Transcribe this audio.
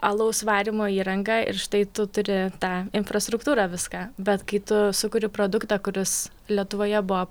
alaus varymo įrangą ir štai tu turi tą infrastruktūrą viską bet kai tu sukuri produktą kuris lietuvoje buvo